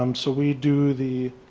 um so we do the